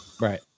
right